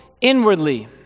inwardly